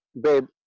Babe